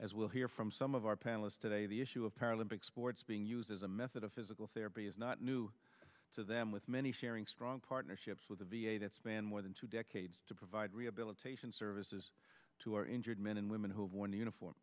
as we'll hear from some of our panelists today the issue of paralympic sports being used as a method of physical therapy is not new to them with many sharing strong partnerships with the v a that spanned more than two decades to provide rehabilitation services to our injured men and women who wore the uniform